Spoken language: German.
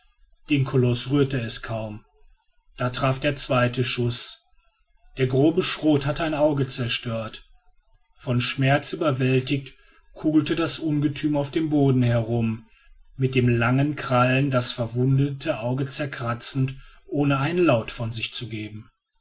den koloß rührte es kaum da traf der zweite schuß der grobe schrot hatte ein auge zerstört von schmerz überwältigt kugelte das ungetüm auf dem boden herum mit den langen krallen das verwundete auge zerkratzend ohne einen laut von sich zu geben